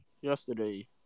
yesterday